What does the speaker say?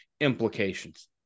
implications